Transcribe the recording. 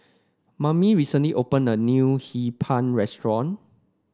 Mame recently opened a new Hee Pan restaurant